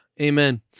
Amen